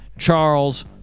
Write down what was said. Charles